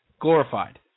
Glorified